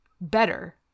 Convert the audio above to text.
Better